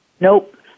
nope